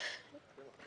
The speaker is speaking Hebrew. מי